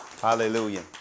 Hallelujah